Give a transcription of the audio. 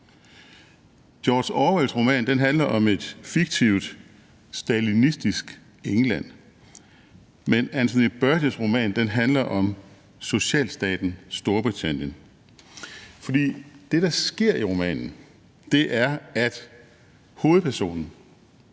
George Orwells roman handler om et fiktivt stalinistisk England, men Anthony Burgess' roman handler om socialstaten Storbritannien. For det, der sker i romanen, er, at hovedpersonen,